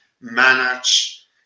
manage